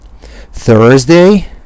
Thursday